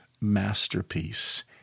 masterpiece